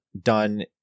done